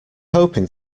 hoping